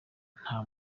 nta